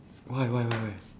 why why why why